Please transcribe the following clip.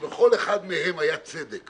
שבכל אחד מהם היה צדק